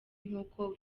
nkuko